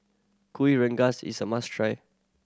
Kuih Rengas is a must try